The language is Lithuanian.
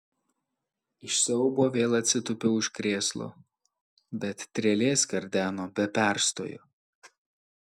iš siaubo vėl atsitūpiau už krėslo bet trelė skardeno be perstojo